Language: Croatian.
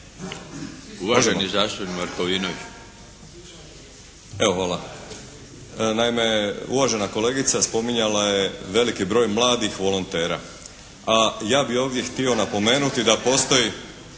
Uvaženi zastupnik Markovinović.